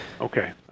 Okay